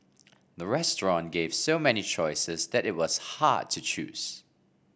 the restaurant gave so many choices that it was hard to choose